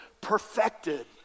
perfected